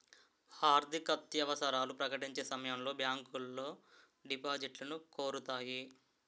ఆర్థికత్యవసరాలు ప్రకటించే సమయంలో బ్యాంకులో డిపాజిట్లను కోరుతాయి